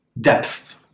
depth